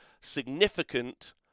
significant